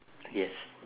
yes